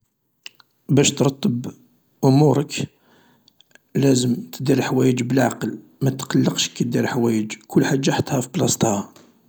باش ترتب أمورك لازم تدير حوايج بلعقل، متتقلقش كي دير حوايج، كل حاجة حطها في بلاصتها.